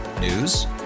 News